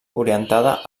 orientada